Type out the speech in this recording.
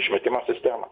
išmetimo sistemą